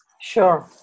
Sure